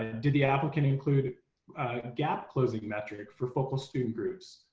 ah did the applicant include a gap closing metric for focal student groups?